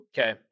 Okay